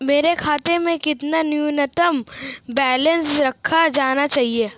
मेरे खाते में कितना न्यूनतम बैलेंस रखा जाना चाहिए?